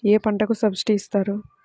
ఏ పంటకు సబ్సిడీ ఇస్తారు?